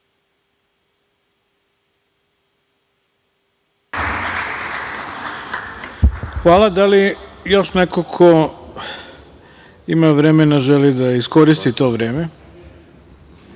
Dačić** Hvala. Da li još neko ko ima vremena želi da iskoristi to vreme? Reč